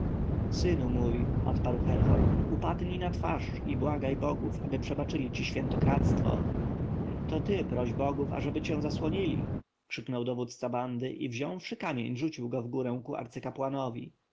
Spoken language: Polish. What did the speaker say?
synu mój odparł herhor upadnij na twarz i błagaj bogów aby przebaczyli ci świętokradztwo to ty proś bogów ażeby cię zasłonili krzyknął dowódca bandy i wziąwszy kamień rzucił go wgórę ku arcykapłanowi